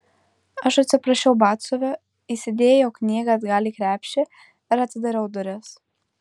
aš atsiprašiau batsiuvio įsidėjau knygą atgal į krepšį ir atidariau duris